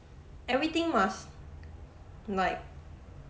everything must like